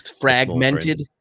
fragmented